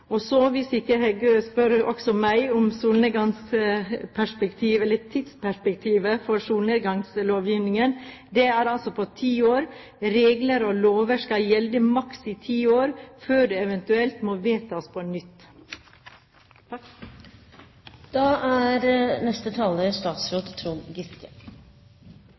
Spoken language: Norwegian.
solnedgangslovgivningen, så er det altså på ti år. Regler og lover skal gjelde i maksimum ti år før de eventuelt må vedtas på nytt. Regjeringen er